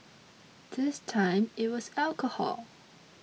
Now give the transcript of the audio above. this time it was alcohol